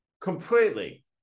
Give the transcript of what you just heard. completely